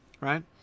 right